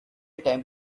time